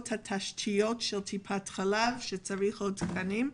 התשתיות של טיפת חלב שצריך עוד תקנים,